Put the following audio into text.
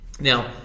Now